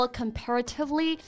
comparatively